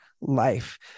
life